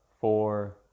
four